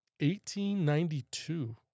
1892